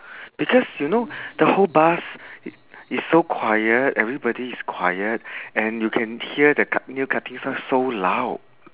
because you know the whole bus is so quiet everybody is quiet and you can hear the cu~ nail cutting sound so loud